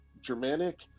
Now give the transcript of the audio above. Germanic